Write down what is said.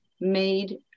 made